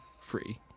free